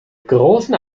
großen